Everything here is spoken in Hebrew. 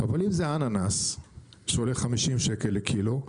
אבל אם זה אננס שעולה 50 ₪ לקילו,